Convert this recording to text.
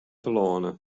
telâne